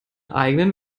eigenen